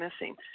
missing